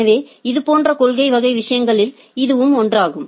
எனவே இது போன்ற கொள்கை வகை விஷயங்களில் இதுவும் ஒன்றாகும்